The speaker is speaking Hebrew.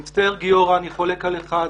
אני מצטער גיורא אבל אני חולק עליך.